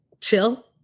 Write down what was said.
chill